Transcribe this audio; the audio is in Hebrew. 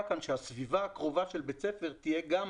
כאן שהסביבה הקרובה של בית הספר תהיה גם